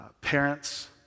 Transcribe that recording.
parents